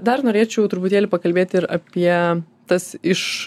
dar norėčiau truputėlį pakalbėt ir apie tas iš